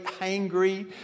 angry